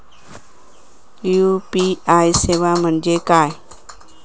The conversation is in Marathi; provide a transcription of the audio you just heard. यू.पी.आय सेवा म्हणजे काय?